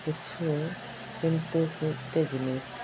ᱠᱤᱪᱷᱩ ᱠᱤᱱᱛᱩ ᱢᱤᱫᱴᱮᱡ ᱡᱤᱱᱤᱥ